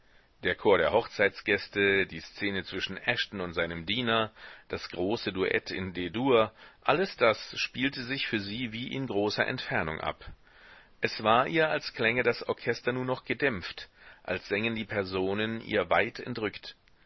der chor der hochzeitsgäste die szene zwischen ashton und seinem diener das große duett in d dur alles das spielte sich für sie wie in großer entfernung ab es war ihr als klänge das orchester nur noch gedämpft als sängen die personen ihr weit entrückt